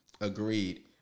Agreed